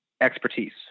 expertise